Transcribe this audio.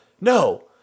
no